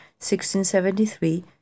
1673